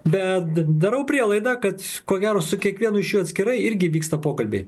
bet darau prielaidą kad ko gero su kiekvienu iš jų atskirai irgi vyksta pokalbiai